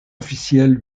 officiels